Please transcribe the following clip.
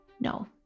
No